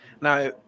Now